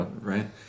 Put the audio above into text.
right